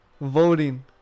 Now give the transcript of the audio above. voting